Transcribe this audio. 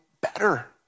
better